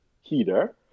heater